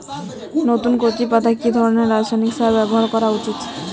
নতুন কচি পাতায় কি ধরণের রাসায়নিক সার ব্যবহার করা উচিৎ?